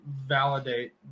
validate